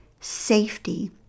safety